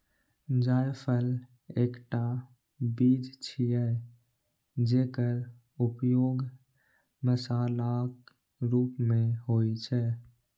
जायफल एकटा बीज छियै, जेकर उपयोग मसालाक रूप मे होइ छै